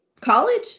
College